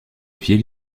fille